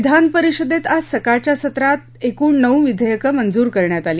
विधानपरिषदेत आज सकाळच्या सत्रात कुण नऊ विधेयकं मंजूर करण्यात आली